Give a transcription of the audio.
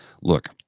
Look